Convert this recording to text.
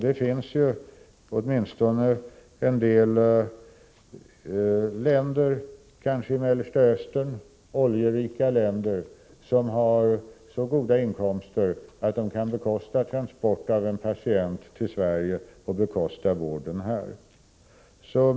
Det finns åtminstone en del länder — bl.a. oljerika länder i Mellersta Östern — som har så goda inkomster att de kan bekosta transport av en patient till Sverige och bekosta vården här.